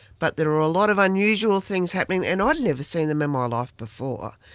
but there were a lot of unusual things happening and i'd never seen them in my life before.